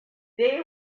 day